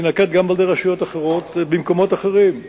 תינקט גם על-ידי רשויות אחרות במקומות אחרים.